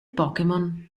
pokémon